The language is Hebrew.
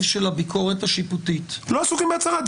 של הביקורת השיפוטית --- לא עסוקים בהצרה.